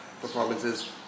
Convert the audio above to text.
performances